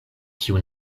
kiu